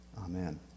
Amen